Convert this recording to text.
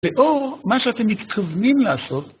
באור, מה שאתם מתכוונים לעשות